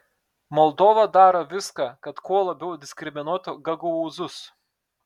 moldova daro viską kad kuo labiau diskriminuotų gagaūzus